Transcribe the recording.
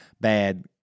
bad